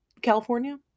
California